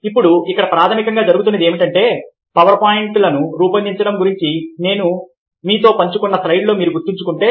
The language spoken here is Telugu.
ఇప్పుడు ఇక్కడ ప్రాథమికంగా జరుగుతున్నది ఏమిటంటే పవర్ పాయింట్లను రూపొందించడం గురించి నేను మీతో పంచుకున్న స్లయిడ్లో మీరు గుర్తుంచుకుంటే